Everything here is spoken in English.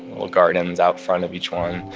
little gardens out front of each one,